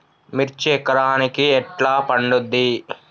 మిర్చి ఎకరానికి ఎట్లా పండుద్ధి?